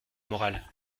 morale